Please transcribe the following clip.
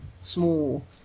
small